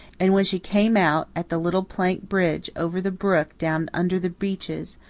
and when she came out at the little plank bridge over the brook down under the beeches,